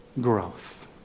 growth